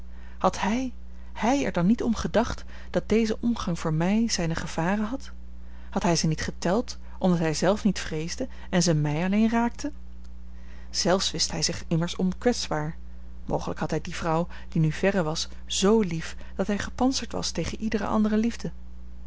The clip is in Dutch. had hij hij er dan niet om gedacht dat deze omgang voor mij zijne gevaren had had hij ze niet geteld omdat hij zelf niet vreesde en ze mij alleen raakten zelfs wist hij zich immers onkwetsbaar mogelijk had hij die vrouw die nu verre was z lief dat hij gepantserd was tegen iedere andere liefde